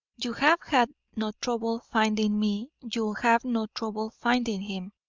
you have had no trouble finding me you'll have no trouble finding him.